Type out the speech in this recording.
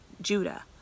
Judah